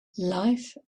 life